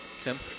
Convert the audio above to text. Tim